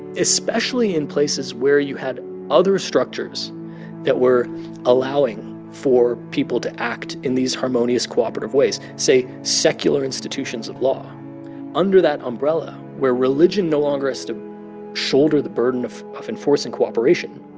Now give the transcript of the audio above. especially in places where you had other structures that were allowing for people to act in these harmonious, cooperative ways say, secular institutions of law under that umbrella where religion no longer has to shoulder the burden of of enforcing cooperation,